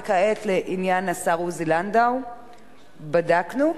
וכעת, לעניין השר עוזי לנדאו, בדקנו?